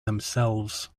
themselves